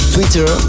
Twitter